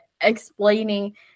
explaining